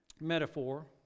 metaphor